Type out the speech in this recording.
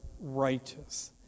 righteous